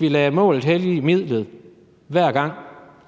vi lader målet hellige midlet hver gang?